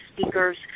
speakers